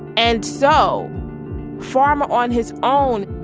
and so farmer, on his own,